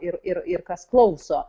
ir ir ir kas klauso